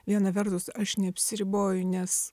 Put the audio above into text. viena vertus aš neapsiriboju nes